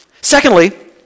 Secondly